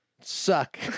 suck